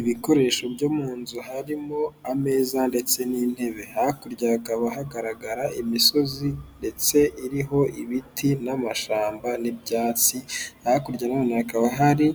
Ibikoresho byo mu nzu harimo ameza ndetse n'intebe, hakurya hakaba hagaragara imisozi ndetse iriho ibiti n'amashamba n'ibyatsi, hakurya none hakaba hari